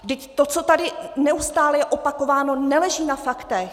Vždyť to, co tady je neustále opakováno, neleží na faktech.